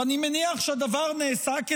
ואני מניח שהדבר נעשה, כדרככם,